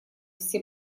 все